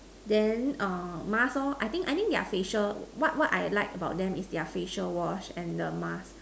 then err mask lor I think I think their facial what what I like about them is their facial wash and the mask